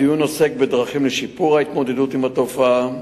הדיון עוסק בדרכים לשיפור ההתמודדות עם התופעה,